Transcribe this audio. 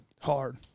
hard